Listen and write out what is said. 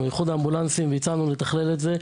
איחוד האמבולנסים והצענו לתכלל את זה,